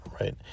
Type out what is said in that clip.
right